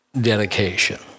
Dedication